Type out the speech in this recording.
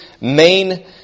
main